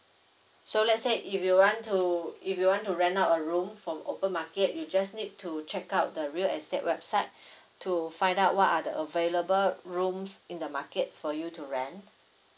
so let's say if you want to if you want to rent out a room from open market you just need to check out the real estate website to find out what are the available rooms in the market for you to rent